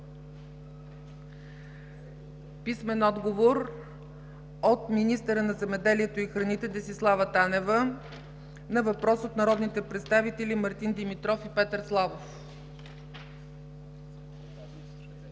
Петър Славов; - министъра на земеделието и храните Десислава Танева на въпрос от народните представители Мартин Димитров и Петър Славов;